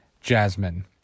Jasmine